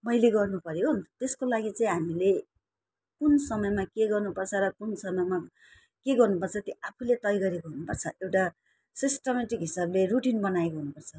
मैले गर्नुपऱ्यो त्यसको लागि चाहिँ हामीले कुन समयमा के गर्नुपर्छ र कुन समयमा के गर्नुपर्छ त्यो आफूले तय गरेको हुनुपर्छ एउटा सिस्टमेटिक हिसाबले रुटिन बनाएको हुनुपर्छ